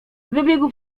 wybiegł